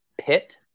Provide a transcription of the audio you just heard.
pit